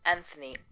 Anthony